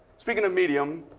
speaking of medium,